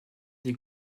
des